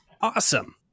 awesome